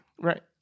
Right